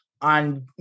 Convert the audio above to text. on